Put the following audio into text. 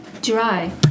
Dry